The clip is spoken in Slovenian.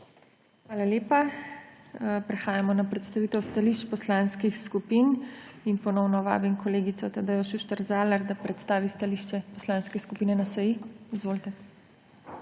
Hvala lepa. Prehajamo na predstavitev stališč poslanskih skupin. Ponovno vabim kolegico Tadejo Šuštar Zalar, da predstavi stališče Poslanske skupine NSi. Izvolite.